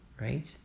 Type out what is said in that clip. right